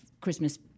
Christmas